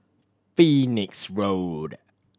Phoenix Road